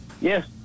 Yes